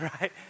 right